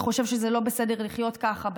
וחושב שזה לא בסדר לחיות ככה,